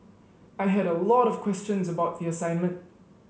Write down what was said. I had a lot of questions about the assignment